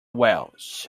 wales